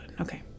Okay